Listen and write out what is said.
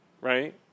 right